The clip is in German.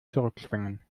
zurückschwingen